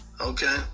Okay